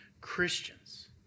Christians